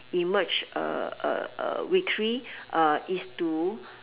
emerge uh uh uh victory uh is to